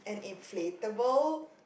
inflatable